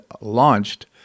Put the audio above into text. launched